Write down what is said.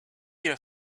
your